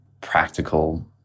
practical